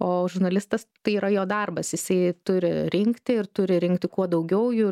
o žurnalistas tai yra jo darbas jisai turi rinkti ir turi rinkti kuo daugiau jų